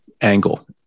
angle